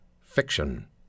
fiction